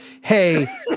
hey